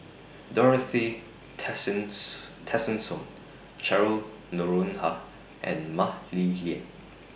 Dorothy Tessensohn Cheryl Noronha and Mah Li Lian